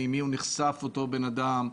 למי נחשף אותו אדם,